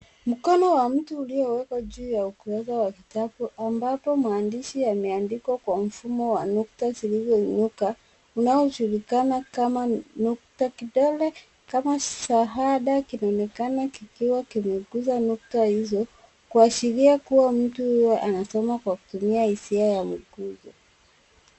Mkono wa mtu uliowekwa juu ya ukurasa wa kitabu au ambapo maandishi yameandikwa kwa mfumo wa nukta zilizoinuka unaojulikana kama nukta kidole kama shahada kinaonekana kikiwa kimeguza nukta hizo kuashiria kuwa mtu huyo anasoma kwa kutumia hisia ya mguzo.